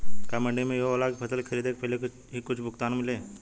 का मंडी में इहो होला की फसल के खरीदे के पहिले ही कुछ भुगतान मिले?